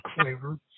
flavor